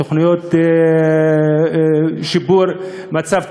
תוכניות לשיפור המצב הכלכלי,